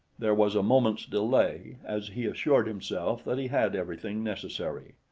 there was a moment's delay as he assured himself that he had everything necessary.